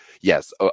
yes